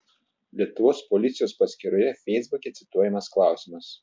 lietuvos policijos paskyroje feisbuke cituojamas klausimas